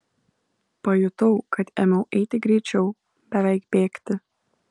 pajutau kad ėmiau eiti greičiau beveik bėgti